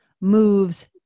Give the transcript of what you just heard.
moves